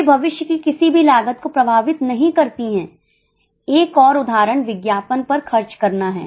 वे भविष्य की किसी भी लागत को प्रभावित नहीं करती हैं एक और उदाहरण विज्ञापन पर खर्च करना है